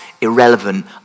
irrelevant